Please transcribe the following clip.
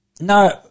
no